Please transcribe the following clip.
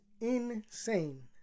insane